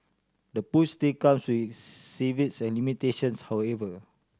the push still comes with and limitations however